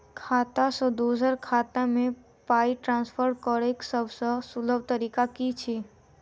खाता सँ दोसर खाता मे पाई ट्रान्सफर करैक सभसँ सुलभ तरीका की छी?